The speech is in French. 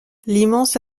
l’immense